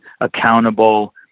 accountable